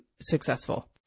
successful